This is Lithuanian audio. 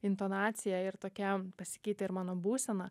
intonacija ir tokia pasikeitė ir mano būsena